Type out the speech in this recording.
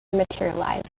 materialized